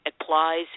applies